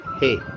Hey